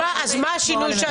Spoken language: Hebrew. לא הבנתי אם זאת את אמרת.